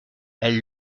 elle